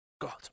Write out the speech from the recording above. God